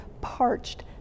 parched